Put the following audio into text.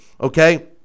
okay